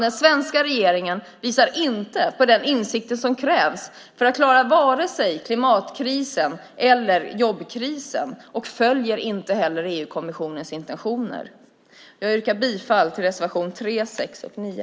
Den svenska regeringen visar inte på den insikt som krävs för att klara vare sig klimatkrisen eller jobbkrisen och följer inte heller EU-kommissionens intentioner. Jag yrkar bifall till reservationerna 3, 6 och 9.